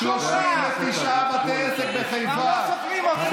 כבר לא סופרים אותך.